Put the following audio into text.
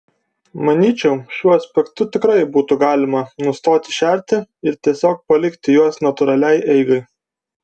manyčiau šiuo aspektu tikrai būtų galima nustoti šerti ir tiesiog palikti juos natūraliai eigai